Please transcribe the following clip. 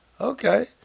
Okay